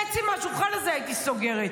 חצי מהשולחן הזה הייתי סוגרת.